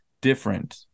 different